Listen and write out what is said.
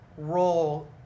Role